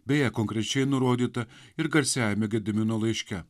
beje konkrečiai nurodyta ir garsiajame gedimino laiške